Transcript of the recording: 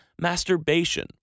masturbation